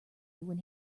when